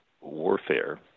warfare